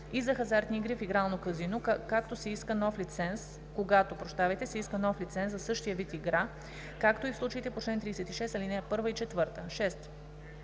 и за хазартни игри в игрално казино, когато се иска нов лиценз за същия вид игра, както и в случаите по чл. 36, ал. 1 и 4“.